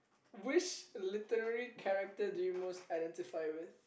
which literary character do you most identify with